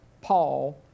Paul